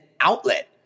outlet